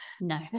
No